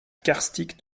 karstiques